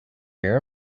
hear